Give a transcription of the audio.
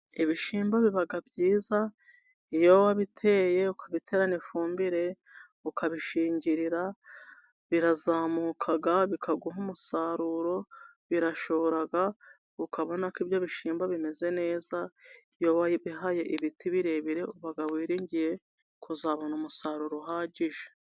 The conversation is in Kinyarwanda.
Ibishyimbo biba byiza iyo wabiteye ukabiterana ifumbire ukabishingirira birazamuka bikaguha umusaruro. Birashobora ukabona ko ibyo bishyimbo bimeze neza iyo wahaye ibiti birebire uba wiringiye kuzabona umusaruro uhagije.